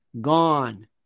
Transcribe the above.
Gone